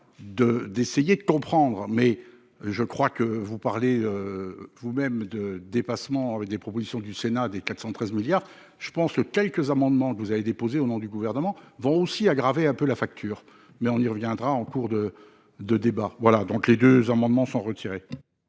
d'essayer de comprendre, mais je crois que vous parlez. Vous-même de dépassement avec des propositions du Sénat des 413 milliards je pense le quelques amendements que vous avez déposé au nom du gouvernement vont aussi aggraver un peu la facture, mais on y reviendra en cours de, de débats, voilà donc les deux amendements sont retirés.